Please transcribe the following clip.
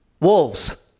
Wolves